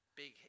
big